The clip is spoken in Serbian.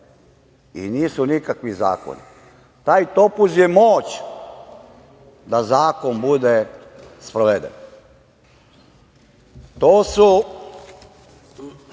nisu nikakvi zakoni. Taj topuz je moć da zakon bude sproveden. To su